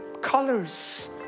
colors